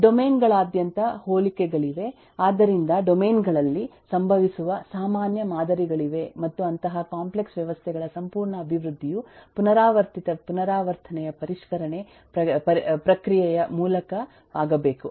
domain ಗಳಾದ್ಯಂತ ಹೋಲಿಕೆಗಳಿವೆ ಆದ್ದರಿಂದ ಡೊಮೇನ್ ಗಳಲ್ಲಿ ಸಂಭವಿಸುವ ಸಾಮಾನ್ಯ ಮಾದರಿಗಳಿವೆ ಮತ್ತು ಅಂತಹ ಕಾಂಪ್ಲೆಕ್ಸ್ ವ್ಯವಸ್ಥೆಗಳ ಸಂಪೂರ್ಣ ಅಭಿವೃದ್ಧಿಯು ಪುನರಾವರ್ತಿತ ಪುನರಾವರ್ತನೆಯ ಪರಿಷ್ಕರಣೆ ಪ್ರಕ್ರಿಯೆಯ ಮೂಲಕ ಆಗಬೇಕು